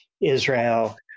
Israel